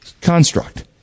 construct